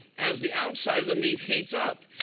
as the outside of the meat heats up,